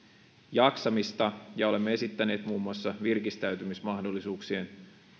jaksamista ja olemme esittäneet muun muassa virkistäytymismahdollisuuksien